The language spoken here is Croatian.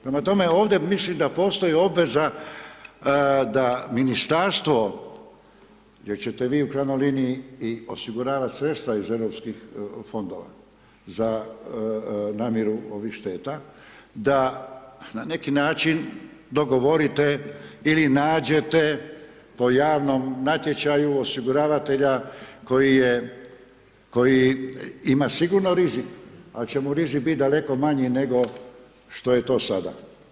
Prema tome, ovdje mislim da postoji obveza da ministarstvo, gdje ćete vi u krajnjoj liniji i osiguravati sredstva iz EU fondova za namiru ovih šteta, da na neki način dogovorite ili nađete po javnom natječaju osiguravatelja koji ima sigurno rizik, ali će mu rizik bit daleko manji nego što je to sada.